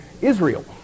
Israel